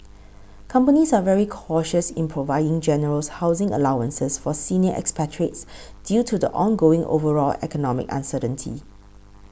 companies are very cautious in providing generous housing allowances for senior expatriates due to the ongoing overall economic uncertainty